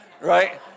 right